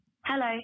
Hello